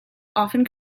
often